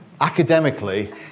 Academically